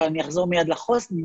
או אני אחזור מיד למחסור.